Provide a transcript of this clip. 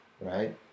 right